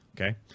Okay